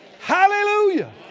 Hallelujah